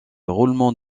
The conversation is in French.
roulement